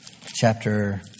chapter